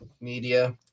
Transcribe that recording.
Media